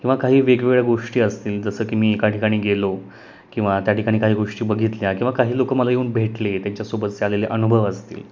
किंवा काही वेगवेगळ्या गोष्टी असतील जसं की मी एका ठिकाणी गेलो किंवा त्याठिकाणी काही गोष्टी बघितल्या किंवा काही लोक मला येऊन भेटले त्यांच्यासोबतचे आलेले अनुभव असतील